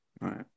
right